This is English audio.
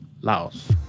Laos